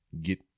get